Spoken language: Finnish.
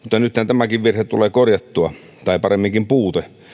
tämäkin virhe tulee korjattua tai paremminkin puute